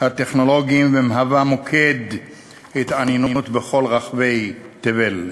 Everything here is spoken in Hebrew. הטכנולוגית ומהווה מוקד התעניינות בכל רחבי תבל.